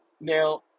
now